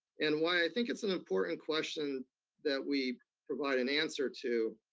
and why i think it's an important question that we provide an answer to,